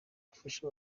gufasha